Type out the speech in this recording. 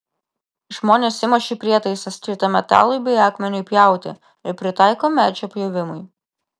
žmonės ima šį prietaisą skirtą metalui bei akmeniui pjauti ir pritaiko medžio pjovimui